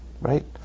right